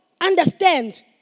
understand